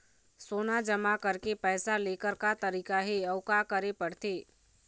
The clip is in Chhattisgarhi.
सोना जमा करके पैसा लेकर का तरीका हे अउ का करे पड़थे?